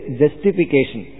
justification